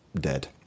dead